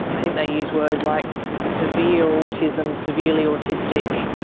i think they used words like severe autism, severely autistic.